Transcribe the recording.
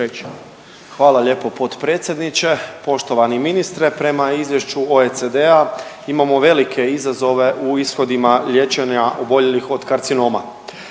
Hvala lijepo potpredsjedniče. Poštovani ministre, prema izvješću OECD-a imamo velike izazove u ishodima liječenja oboljelih od karcinoma.